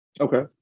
Okay